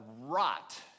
rot